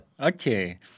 Okay